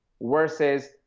versus